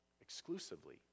exclusively